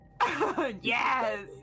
Yes